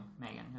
Megan